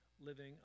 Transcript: living